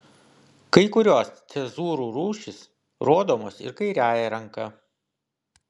kai kurios cezūrų rūšys rodomos ir kairiąja ranka